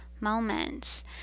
moments